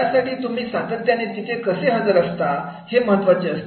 यासाठी तुम्ही सातत्याने तिथे कसे हजर असतात हे महत्त्वाचे असते